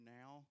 now